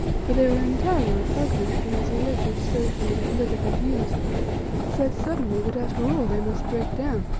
for they were entirely repugnant to his religious, social and political views said suddenly that after all they must break down,